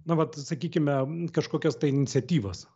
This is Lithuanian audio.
nu vat sakykime kažkokias iniciatyvas